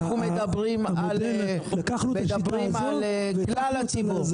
אנחנו מדברים על כלל הציבור,